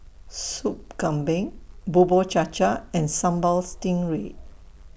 Sop Kambing Bubur Cha Cha and Sambal Stingray